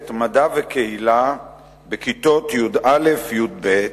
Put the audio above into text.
פרויקט מדע וקהילה בכיתות י"א-י"ב,